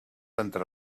entre